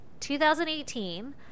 2018